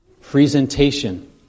presentation